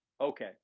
okay